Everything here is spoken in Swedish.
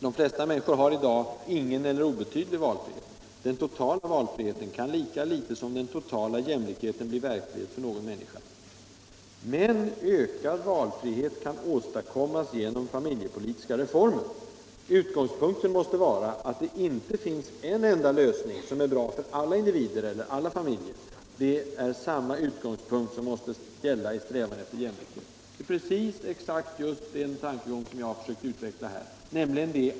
De flesta människor har i dag ingen eller obetydlig valfrihet. Den totala valfriheten kan lika litet som den totala jämlikheten bli verklighet för någon människa. Men en ökad valfrihet kan åstadkommas genom familjepolitiska reformer. Utgångspunkten måste vara, att det inte finns en enda lösning som är bra för alla individer — eller alla familjer. Det är samma utgångspunkt som måste gälla i strävan efter jämlikhet.” Det är just den tankegången jag har försökt utveckla här.